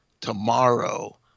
tomorrow